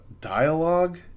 Dialogue